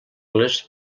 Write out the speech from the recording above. les